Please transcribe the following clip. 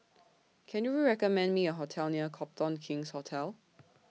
Can YOU recommend Me A Restaurant near Copthorne King's Hotel